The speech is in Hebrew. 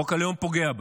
חוק הלאום פוגע בה.